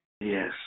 Yes